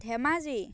Dhemaji